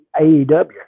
AEW